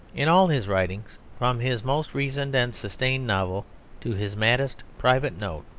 in all his writings, from his most reasoned and sustained novel to his maddest private note,